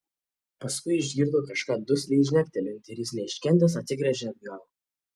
paskui išgirdo kažką dusliai žnektelint ir jis neiškentęs atsigręžė atgal